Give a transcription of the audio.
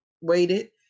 waited